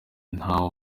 ntawe